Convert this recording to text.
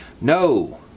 No